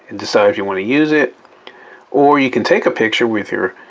and decide if you want to use it or you can take a picture with your